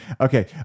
Okay